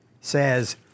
says